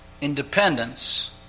Independence